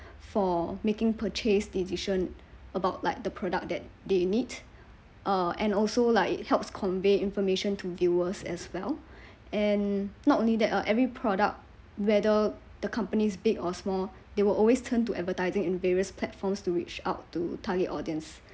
for making purchase decision about like the product that they need uh and also like it helps convey information to viewers as well and not only that ah every product whether the company's big or small they will always turn to advertising in various platforms to reach out to target audience